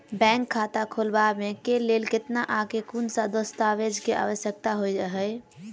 Bank खाता खोलबाबै केँ लेल केतना आ केँ कुन सा दस्तावेज केँ आवश्यकता होइ है?